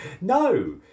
No